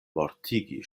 mortigi